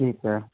ਠੀਕ ਹੈ